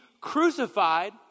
crucified